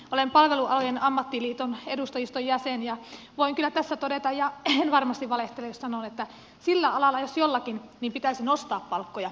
olen palvelualojen ammattiliiton edustajiston jäsen ja voin kyllä tässä todeta ja en varmasti valehtele jos sanon että sillä alalla jos jollakin pitäisi nostaa palkkoja